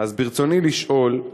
רצוני לשאול: